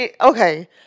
okay